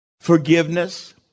forgiveness